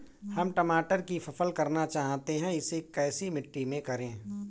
हम टमाटर की फसल करना चाहते हैं इसे कैसी मिट्टी में करें?